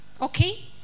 okay